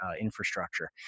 infrastructure